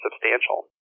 substantial